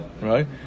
Right